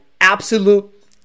absolute